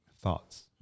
thoughts